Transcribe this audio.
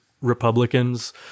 republicans